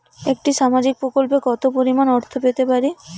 একটি সামাজিক প্রকল্পে কতো পরিমাণ অর্থ পেতে পারি?